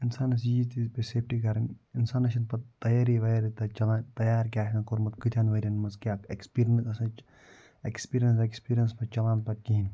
اِنسانَس ییٖتۍ ییٖتۍ پیٚیہِ سیٚفٹی کَرٕنۍ اِنسانَس چھِنہٕ پَتہٕ تیٲری وَرٲے تَتہِ چلان تیار کیٛاہ آسن کوٚرمُت کۭتیاہَن ؤری یَن منٛز کیٛاہ اٮ۪کٕسپیرنَس آسَن اٮ۪کٕسپیرنَس وٮ۪کٕسپیرنَس چھِنہٕ پتہٕ چلان تَتہِ کِہیٖنۍ